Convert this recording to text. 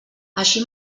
així